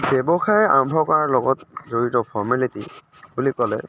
ব্য়ৱসায় আৰম্ভ কৰাৰ লগত জড়িত ফৰ্মেলিটী বুলি ক'লে